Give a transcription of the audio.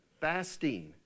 fasting